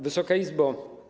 Wysoka Izbo!